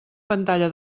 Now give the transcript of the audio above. pantalla